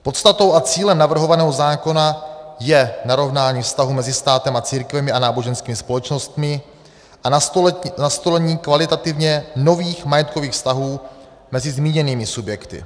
Podstatou a cílem navrhovaného zákona je narovnání vztahu mezi státem a církvemi a náboženskými společnostmi a nastolení kvalitativně nových majetkových vztahů mezi zmíněnými subjekty.